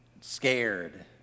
scared